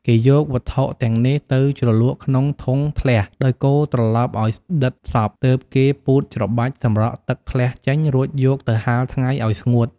គេយកវត្ថុទាំំងនេះទៅជ្រលក់ក្នុងធុងធ្លះ ដោយកូរត្រឡប់ឱ្យដិតសព្វ ទើបគេពូតច្របាច់សម្រក់ទឹកធ្លះចេញ រួចយកទៅហាលថ្ងៃឱ្យស្ងួត។